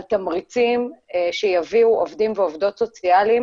תמריצים שיביאו עובדים ועובדות סוציאליים